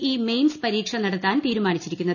E mains പരീക്ഷ നടത്താൻ തീരുമാനിച്ചിരിക്കുന്നത്